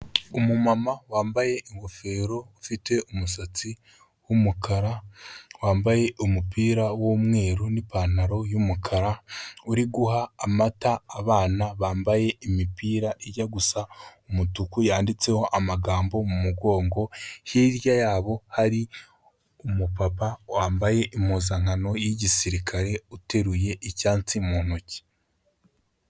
Umumama wambaye ingofero ufite umusatsi w'umukara, wambaye umupira w'umweru n'ipantaro y'umukara, uri guha amata abana bambaye imipira ijya gusa umutuku yanditseho amagambo mu mugongo, hirya yabo hari umupapa wambaye impuzankano y'igisirikare uteruye icyansi mu ntoki.